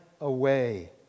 away